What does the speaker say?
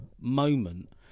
moment